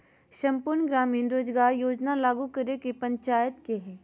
सम्पूर्ण ग्रामीण रोजगार योजना लागू करे के काम पंचायत के हय